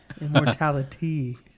Immortality